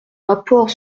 rapport